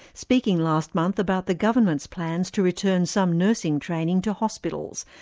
speaking last month about the government's plans to return some nursing training to hospitals,